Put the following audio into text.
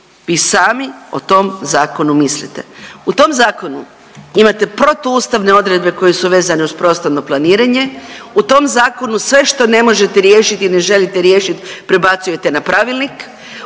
i sami o tom zakonu mislite. U tom zakonu imate protuustavne odredbe koje su vezane uz prostorno planiranje, u tom zakonu sve što ne možete riješiti, ne želite riješiti prebacujete na pravilnik